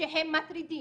שהם מטרידים,